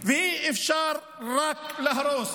אי-אפשר רק להרוס.